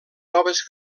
noves